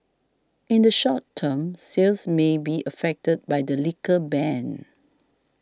in the short term sales may be affected by the liquor ban